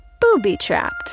booby-trapped